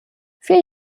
vier